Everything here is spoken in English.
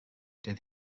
buried